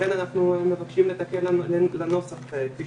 לכן אנחנו מבקשים לתקן לנוסח כפי שמופיע.